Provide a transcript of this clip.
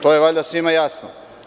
To je valjda svima jasno.